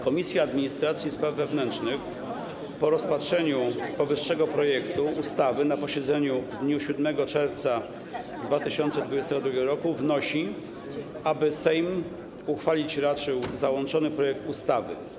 Komisja Administracji i Spraw Wewnętrznych po rozpatrzeniu powyższego projektu ustawy na posiedzeniu w dniu 7 czerwca 2022 r. wnosi, aby Sejm uchwalić raczył załączony projekt ustawy.